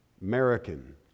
American